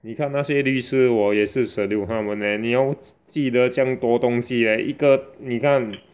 你看那些律师我也是 salute 他们 leh 你要记得这样多东西 leh 一个你看